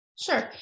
Sure